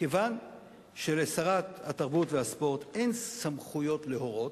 כיוון שלשרת התרבות והספורט אין סמכויות להורות,